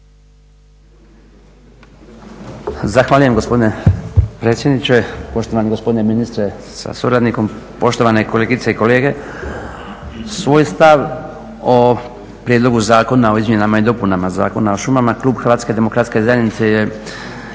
Zahvaljujem gospodine predsjedniče, poštovani gospodine ministre sa suradnikom, poštovane kolegice i kolege. Svoj stav o prijedlogu zakona o izmjenama i dopunama Zakona o šumama klub HDZ-a je iznio tijekom